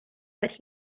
but